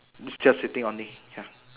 means just sitting only ya